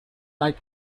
like